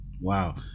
wow